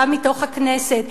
גם מתוך הכנסת,